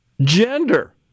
gender